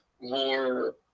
more